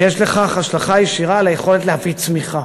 ויש לכך השלכה ישירה על היכולת להביא צמיחה.